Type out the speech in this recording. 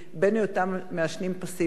בין בהיותם מעשנים פסיביים.